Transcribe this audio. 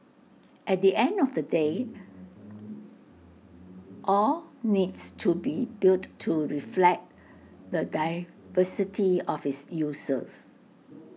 at the end of the day all needs to be built to reflect the diversity of its users